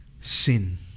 sin